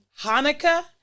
Hanukkah